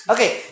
Okay